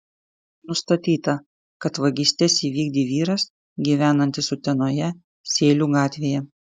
nustatyta kad vagystes įvykdė vyras gyvenantis utenoje sėlių gatvėje